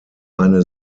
eine